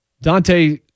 Dante